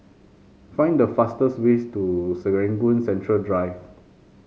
find the fastest ways to Serangoon Central Drive